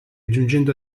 giungendo